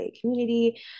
community